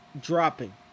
dropping